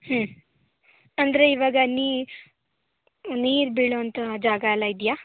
ಅಂದರೆ ಇವಾಗ ನೀ ನೀರು ಬೀಳುವಂಥ ಜಾಗಯೆಲ್ಲ ಇದೆಯಾ